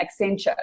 Accenture